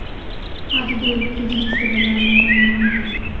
आज डेयरी के जिनिस के बजार म बने मांग हे